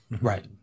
right